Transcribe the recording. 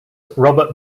robert